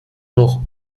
noch